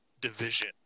division